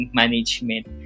management